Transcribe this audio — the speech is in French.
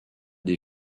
des